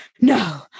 no